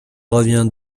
revient